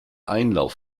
einlauf